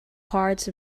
parts